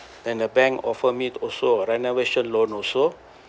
then the bank offer me also renovation loan also